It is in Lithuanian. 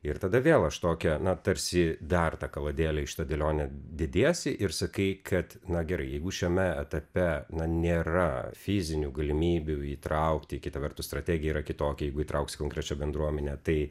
ir tada vėl aš tokią na tarsi dar tą kaladėlę į šitą dėlionę dediesi ir sakai kad na gerai jeigu šiame etape na nėra fizinių galimybių įtraukti kita vertus strategija yra kitokia jeigu įtrauksi konkrečią bendruomenę tai